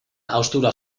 haustura